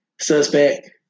suspect